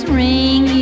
ring